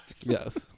yes